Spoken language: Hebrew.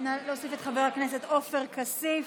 עופר כסיף.